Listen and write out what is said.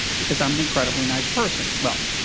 because i'm an incredibly nice person. well,